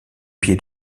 pied